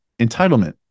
entitlement